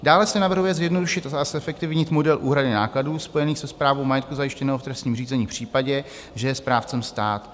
Dále se navrhuje zjednodušit a zefektivnit model úhrady nákladů spojených se správou majetku zajištěného v trestním řízení v případě, že je správcem stát.